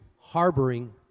harboring